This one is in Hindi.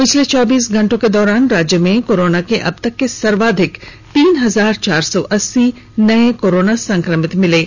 पिछले चौबीस घंटों के दौरान राज्य में कोरोना के अब तक के सर्वाधिक तीन हजार चार सौ अस्सी नये कोरोना संक्रमित मिले हैं